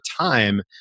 time